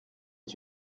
est